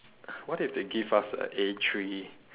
what if they give us a A three